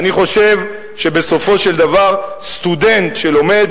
אני חושב שבסופו של דבר סטודנט שלומד,